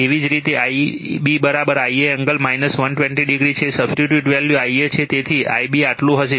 એવી જ રીતે Ib Ia એંગલ 120o છે સબસ્ટિટ્યૂટ વેલ્યુ Ia છે તેથી Ib આટલું હશે